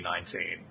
2019